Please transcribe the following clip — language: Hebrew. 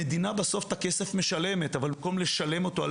המדינה בסוף את הכסף משלמת אבל במקום לשלם אותו על